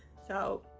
so.